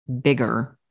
bigger